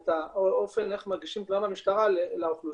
ואת האופן שבו מגישים תלונה במשטרה לאוכלוסייה,